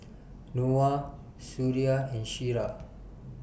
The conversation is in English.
Noah Suria and Syirah